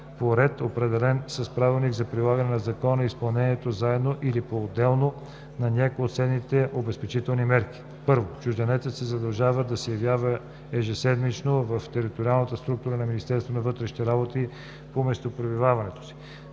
по ред, определен с правилника за прилагане на закона, изпълнението заедно или поотделно на някоя от следните обезпечителни мерки: 1. чужденецът се задължава да се явява ежеседмично в териториалната структура на Министерството на вътрешните работи по местопребиваването си;